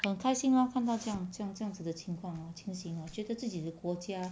很开心 ah 看到这样这样这样子的情况 lor 情形 lor 觉得自己的国家